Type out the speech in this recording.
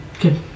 Good